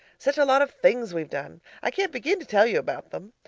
such a lot of things we've done i can't begin to tell you about them.